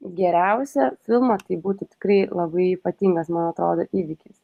geriausią filmą tai būtų tikrai labai ypatingas man atrodo įvykis